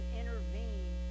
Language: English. intervene